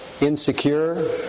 insecure